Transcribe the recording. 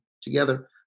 together